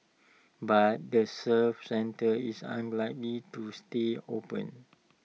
but the service centre is unlikely to stay open